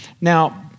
Now